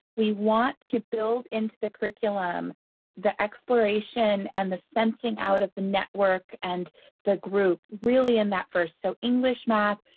we want to build into the curriculum the exploration and the sensing out of the network and the group really in that first. so english, math,